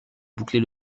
boucler